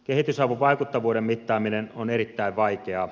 kehitysavun vaikuttavuuden mittaaminen on erittäin vaikeaa